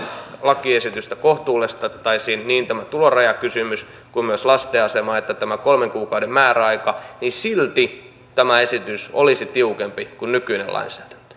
lakiesitystä kohtuullistettaisiin niin tämä tulorajakysymys kuin myös lasten asema että tämä kolmen kuukauden määräaika niin silti tämä esitys olisi tiukempi kuin nykyinen lainsäädäntö